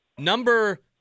Number